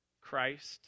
Christ